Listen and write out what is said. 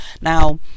Now